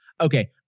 Okay